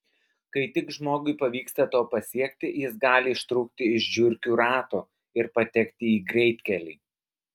kai tik žmogui pavyksta to pasiekti jis gali ištrūkti iš žiurkių rato ir patekti į greitkelį